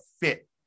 fit